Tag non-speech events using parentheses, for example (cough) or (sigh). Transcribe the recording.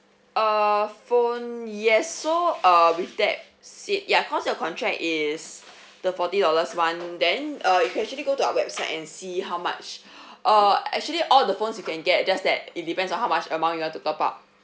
err phone yes so err with that said ya because your contract is the forty dollars [one] then uh you can actually go to our website and see how much (breath) uh actually all the phones you can get just that it depends on how much amount you want to top up